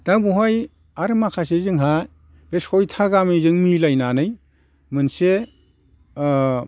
दा बहाय आरो माखासे जोंहा बे सयथा गामिजों मिलायनानै मोनसे